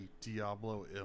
diablo